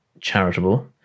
charitable